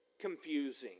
confusing